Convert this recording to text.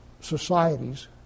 societies